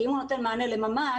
כי אם הוא נותן מענה לממ"ד,